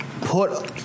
Put